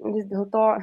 vis dėl to